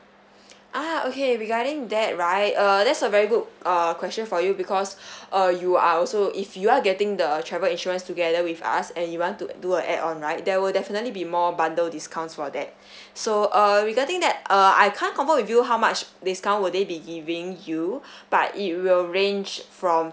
ah okay regarding that right err that's a very good uh question for you because uh you are also if you are getting the travel insurance together with us and you want to do a add on right there will definitely be more bundle discounts for that so uh regarding that uh I can't confirm with you how much discount will they be giving you but it will ranged from